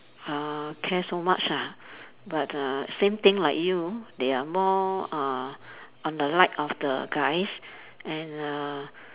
uh care so much ah but uh same thing like you they are more uh on the like of the guys and uh